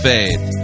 Faith